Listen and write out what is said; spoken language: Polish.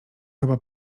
chyba